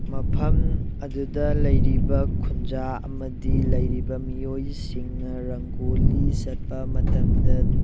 ꯃꯐꯝ ꯑꯗꯨꯗ ꯂꯩꯔꯤꯕ ꯈꯨꯟꯖꯥ ꯑꯃꯗꯤ ꯂꯩꯔꯤꯕ ꯃꯤꯑꯣꯏꯁꯤꯡꯅ ꯔꯪꯒꯣꯂꯤ ꯆꯠꯄ ꯃꯇꯝꯗ